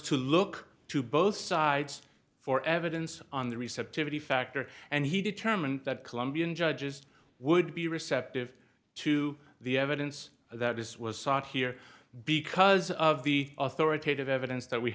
to look to both sides for evidence on the receptivity factor and he determined that colombian judges would be receptive to the evidence that is was sought here because of the authoritative evidence that we